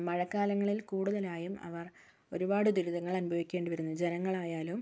മഴക്കാലങ്ങളിൽ കൂടുതലായും ഒരുപാട് ദുരിതങ്ങൾ അനുഭവിക്കേണ്ടി വരുന്നു ജനങ്ങളായാലും